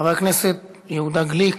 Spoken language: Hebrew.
חבר הכנסת יהודה גליק,